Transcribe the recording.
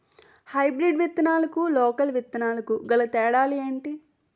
Hybrid విత్తనాలకు local విత్తనాలకు గల తేడాలు ఏంటి?